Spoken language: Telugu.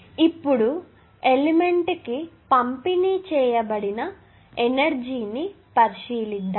ఇప్పుడు ఎలిమెంట్ కి పంపిణీ చేయబడిన ఎనర్జీ ని పరిశీలిద్దాం